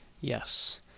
Yes